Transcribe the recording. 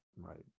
Right